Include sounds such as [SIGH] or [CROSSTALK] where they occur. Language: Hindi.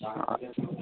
[UNINTELLIGIBLE]